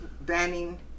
banning